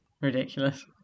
Ridiculous